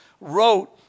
wrote